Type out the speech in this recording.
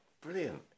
Brilliant